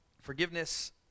Forgiveness